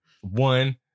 one